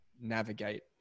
navigate